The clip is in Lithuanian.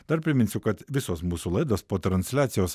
dar priminsiu kad visos mūsų laidos po transliacijos